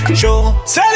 show